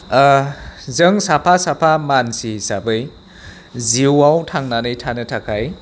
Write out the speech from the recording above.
जों साफा साफा मानसि हिसाबै जिउआव थांनानै थानो थाखाय